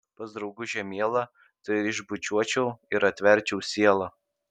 pas draugužę mielą tai ir išbučiuočiau ir atverčiau sielą